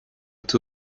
two